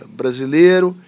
brasileiro